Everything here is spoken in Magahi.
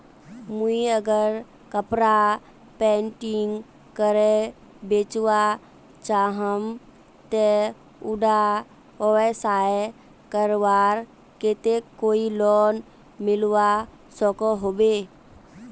मुई अगर कपड़ा पेंटिंग करे बेचवा चाहम ते उडा व्यवसाय करवार केते कोई लोन मिलवा सकोहो होबे?